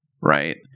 Right